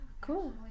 Cool